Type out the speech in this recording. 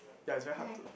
ya it's very hard to